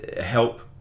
help